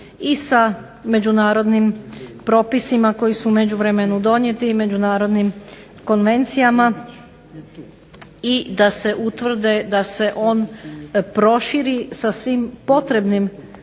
i sa međunarodnim propisima koji su u međuvremenu donijeti i međunarodnim konvencijama, i da se utvrde da se on proširi sa svim potrebnim